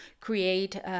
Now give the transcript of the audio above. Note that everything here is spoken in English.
create